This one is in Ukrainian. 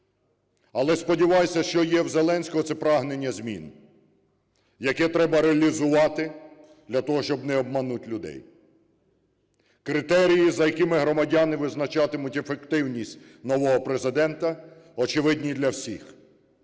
Але сподіваюся, що є в Зеленського – це прагнення змін, яке треба реалізувати для того, щоби не обманути людей. Критерії, за якими громадяни визначатимуть ефективність нового Президента, очевидні для всіх: